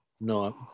No